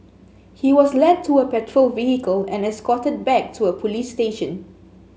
he was led to a patrol vehicle and escorted back to a police station